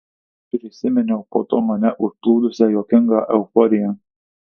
prisiminiau po to mane užplūdusią juokingą euforiją